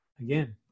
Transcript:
again